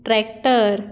tractor